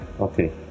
Okay